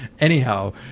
Anyhow